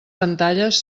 pantalles